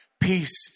Peace